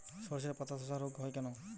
শর্ষের পাতাধসা রোগ হয় কেন?